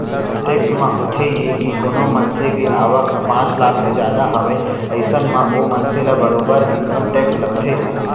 tax म होथे ये के कोनो मनसे के आवक ह पांच लाख ले जादा हावय अइसन म ओ मनसे ल बरोबर इनकम टेक्स लगथे